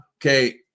Okay